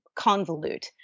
convolute